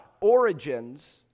origins